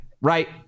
right